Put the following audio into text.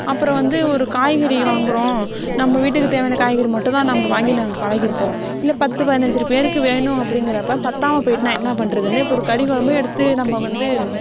அப்புறம் வந்து ஒரு காய்கறி வாங்கிறோம் நம்ம வீட்டுக்கு தேவையான காய்கறி மட்டும் தான் நம்ம வாங்கி நாங்கள் பழகியிருப்போம் இல்லை பத்து பதினைஞ்சிர பேருக்கு வேணும் அப்படிங்கிறப்ப பற்றாம போய்விட்னா என்ன பண்ணுறதுன்னு இப்போ ஒரு கறிக்குழம்பு எடுத்து நம்ம வந்து